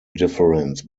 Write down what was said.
difference